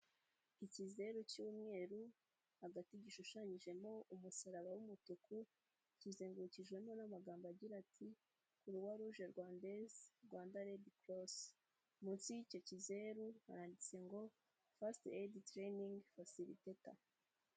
Ikizeru cy'umweru hagati gishushanyijemo umusaraba w'umutuku, kizengurukijemo n'amagambo agira ati :"Croix Rouge Rwandaise, Rwanda Red Cross.'' Munsi y'icyo kizeru haranditse ngo First Aid Training Facilitator.